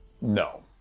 no